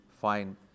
fine